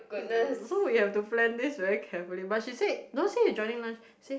so we had to plan this very carefully but she said not said you joining lunch